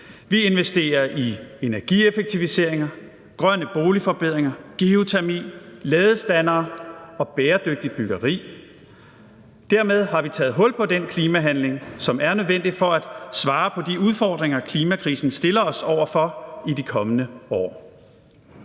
Vi investerer i energieffektiviseringer, grønne boligforbedringer, geotermi, ladestandere og bæredygtigt byggeri. Dermed har vi taget hul på den klimahandling, som er nødvendig for at svare på de udfordringer, klimakrisen stiller os over for i de kommende år.